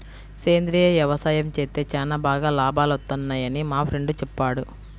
సేంద్రియ యవసాయం చేత్తే చానా బాగా లాభాలొత్తన్నయ్యని మా ఫ్రెండు చెప్పాడు